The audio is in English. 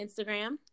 Instagram